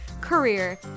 career